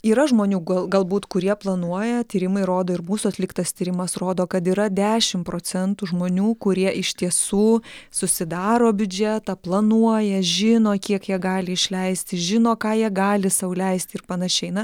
yra žmonių galbūt kurie planuoja tyrimai rodo ir mūsų atliktas tyrimas rodo kad yra dešim procentų žmonių kurie iš tiesų susidaro biudžetą planuoja žino kiek jie gali išleisti žino ką jie gali sau leisti ir panašiai na